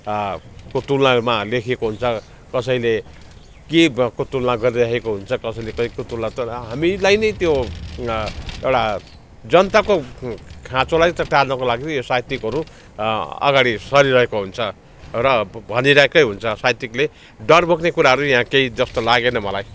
को तुलनामा लेखिएको हुन्छ कसैले के को तुलना गरिराखेको हुन्छ कसैले कहीको तुलना तर हामीलाई नै त्यो एउटा जनताको खाँचोलाई त टार्नुको लागि यो साहित्यिकहरू अगाडि सरिरहेको हुन्छ र भनिरहेकै हुन्छ साहित्यिकले डर बोक्ने कुराहरू यहाँ केही जस्तो लागेन मलाई